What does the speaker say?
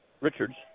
Richards